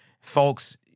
Folks